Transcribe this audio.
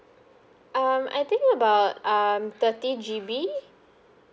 um I think about um thirty G_B